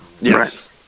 yes